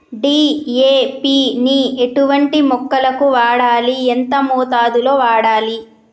DAP ని ఎటువంటి మొక్కలకు వాడాలి? ఎంత మోతాదులో వాడాలి?